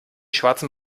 schwarzen